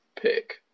pick